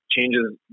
changes